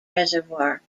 reservoir